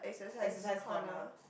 exercise corner